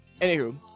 Anywho